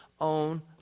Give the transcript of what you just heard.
own